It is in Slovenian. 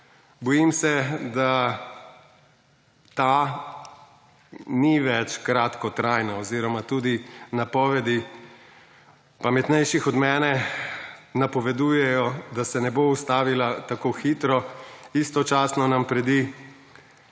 Bojim se, da ta ni več kratkotrajna oziroma tudi napovedi pametnejših od mene napovedujejo, da se ne bo ustavila tako hitro istočasno nam predi